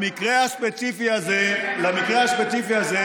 במקרה הספציפי הזה,